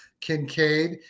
Kincaid